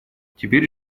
теперь